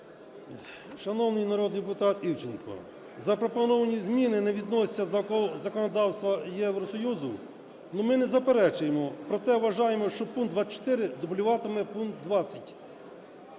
Шановний народний депутат Івченко, запропоновані зміни не відносяться до законодавства Євросоюзу, але ми не заперечуємо. Проте ми вважаємо, що пункт 24 дублюватиме пункт 20.